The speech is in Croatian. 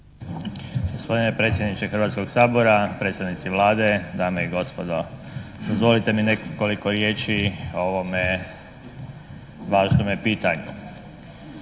Gospodine predsjedniče Hrvatskog sabora, predstavnici Vlade, dame i gospodo. Dozvolite mi nekoliko riječi o ovome važnome pitanju.